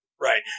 Right